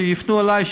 שיפנו אלי,